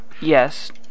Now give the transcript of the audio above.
Yes